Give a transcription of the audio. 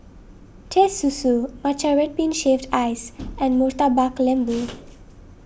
Teh Susu Matcha Red Bean Shaved Ice and Murtabak Lembu